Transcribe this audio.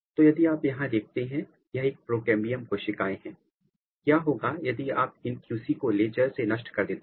तो यदि आप यहां देखते हैं यह एक प्रोकेंबियम कोशिकाएं हैं क्या होगा यदि आप इन QC को लेजर से प्नष्ट कर देते हैं